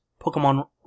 Pokemon